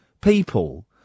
people